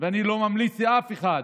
ואני לא ממליץ לאף אחד,